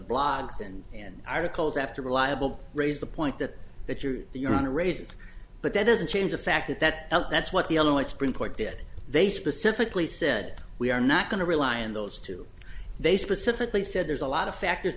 blogs and articles after reliable raise the point that that you're you're on a raise but that doesn't change the fact that that that's what the illinois supreme court did they specifically said we are not going to rely on those two they specifically said there's a lot of factors